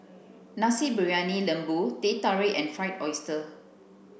nasi briyani lembu teh tarik and fried oyster